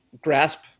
grasp